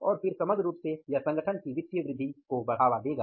और फिर समग्र रूप से यह संगठन की वित्तीय वृद्धि को बढ़ावा देगा